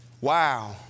Wow